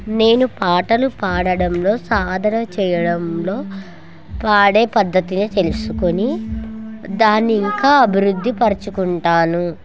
నేను పాటలు పాడడంలో సాధన చేయడంలో పాడే పద్ధతిని తెలుసుకొని దాన్ని ఇంకా అభివృద్ధి పరుచుకుంటాను